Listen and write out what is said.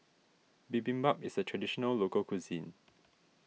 Bibimbap is a Traditional Local Cuisine